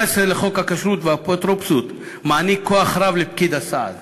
סעיף 19 לחוק הכשרות והאפוטרופסות מעניק כוח רב לפקיד הסעד.